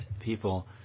people